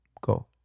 go